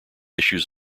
issues